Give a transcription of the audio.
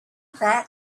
that